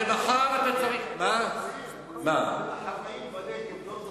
ומחר אתה צריך, החוואים בנגב לא תופסים?